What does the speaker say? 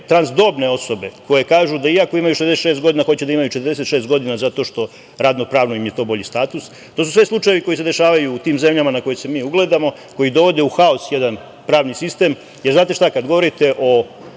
transdobne osobe koje kažu da iako imaju 66 godina hoće da imaju 46 godina zato što im je radnopravno to bolji status. To su sve slučajevi koji se dešavaju i tim zemljama na koje se mi ugledamo, koji dovode u haos jedan pravni sistem. Jer znate šta, kada govorite o